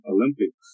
Olympics